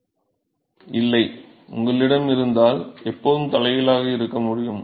மாணவர் இல்லை உங்களிடம் இருந்தால் எப்போதும் தலைகீழாக இருக்க முடியும்